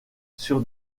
sur